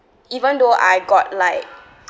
even though I got like